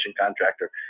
contractor